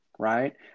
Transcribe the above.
right